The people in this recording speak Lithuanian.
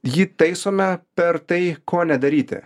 jį taisome per tai ko nedaryti